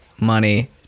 money